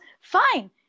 fine